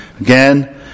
Again